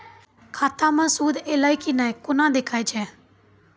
खाता मे सूद एलय की ने कोना देखय छै?